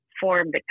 formed